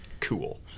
Cool